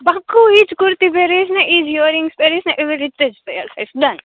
બકુ ઇ જ કુર્તી પેરીસ ને ઇ જ યરીંગ પેરીસ ને એવી રીતે જ પેરીસ ડન